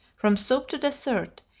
from soup to dessert,